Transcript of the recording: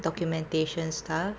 documentation stuff